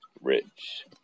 rich